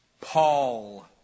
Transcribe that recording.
Paul